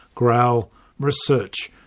growl research!